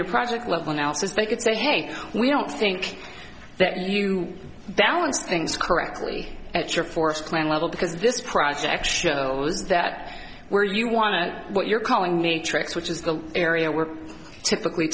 your project level analysis they could say hey we don't think that you balance things correctly at your forest plan level because this project is that where you want to what you're calling me tricks which is the area we're typically